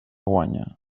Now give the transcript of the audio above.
guanya